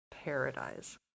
paradise